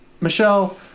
Michelle